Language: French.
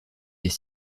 des